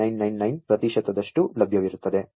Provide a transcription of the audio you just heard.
9999 ಪ್ರತಿಶತದಷ್ಟು ಲಭ್ಯವಿರುತ್ತದೆ